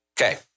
Okay